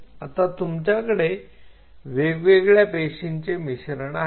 आता तुमच्याकडे वेगवेगळ्या पेशींचे मिश्रण आहे